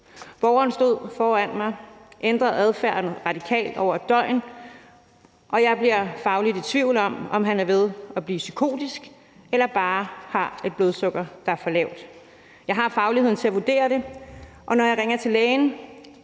Borgeren står foran mig, har ændret adfærd radikalt over et døgn, og jeg bliver fagligt i tvivl om, om han er ved at blive psykotisk eller bare har et blodsukker, der er for lavt. Jeg har fagligheden til at vurdere det, og når jeg ringer til lægen,